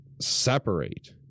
separate